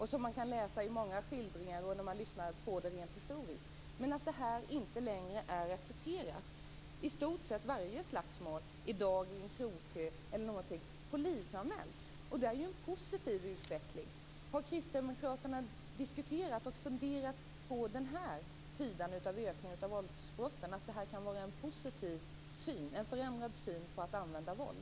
Detta är inte längre accepterat. I dag polisanmäls i stort sett varje slagsmål t.ex. i en krogkö, och det är en positiv utveckling. Har kristdemokraterna diskuterat den här sidan av ökningen av våldsbrotten - att det kan vara fråga om något positivt, en förändrad syn på våldsanvändning?